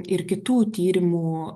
ir kitų tyrimų